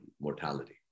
mortality